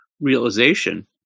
realization